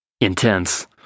intense